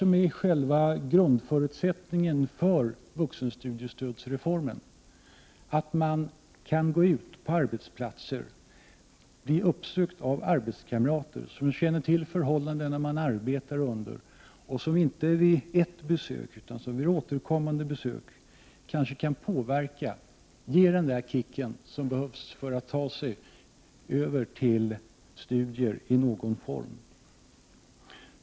Men själva grundförutsättningen för vuxenstudiestödsreformen är ju att man på arbetsplatser kan bli uppsökt av arbetskamrater som känner till förhållandena man arbetar under och som kanske kan påverka, inte vid bara ett utan återkommande besök, som kanske kan ge den där kicken som behövs för att ta sig över till studier i någon form.